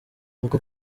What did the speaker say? uku